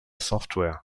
software